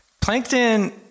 Plankton